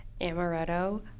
amaretto